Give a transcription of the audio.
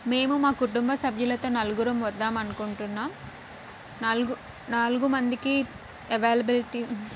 మేము మా కుటుంబ సభ్యులతో నలుగురం వద్దాం అనుకుంటున్నాం నాలుగు నాలుగు మందికి అవైలబిలిటీ